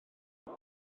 beth